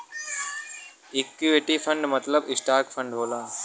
equity fund मतलब stock fund होला